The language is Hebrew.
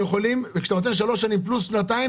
כשאתה נותן שלוש שנים פלוס שנתיים,